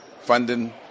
funding